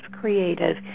creative